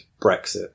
Brexit